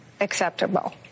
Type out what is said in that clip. acceptable